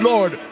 Lord